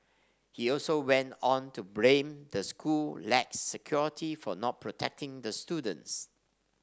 he also went on to blame the school lax security for not protecting the students